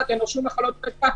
צריך להתנהג יפה.